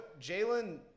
Jalen –